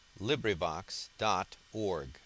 LibriVox.org